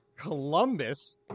Columbus